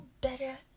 better